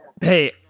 hey